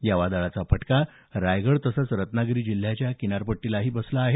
या वादळाचा फटका रायगड रत्नागिरी जिल्ह्यांच्या किनारपट्टीलाही बसला आहे